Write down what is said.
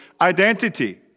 identity